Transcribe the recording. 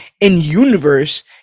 in-universe